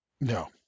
No